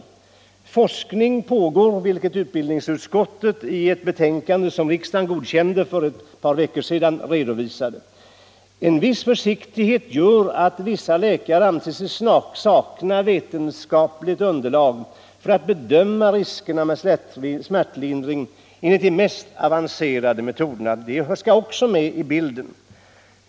Forskning pågår, vilket utbildningsutskottet redovisade i ett betänkande som riksdagen godkände för ett par veckor sedan. En viss försiktighet gör att vissa läkare anser sig sakna vetenskapligt underlag för att bedöma riskerna med smärtlindring enligt de mest avancerade metoderna — det skall också med i bilden.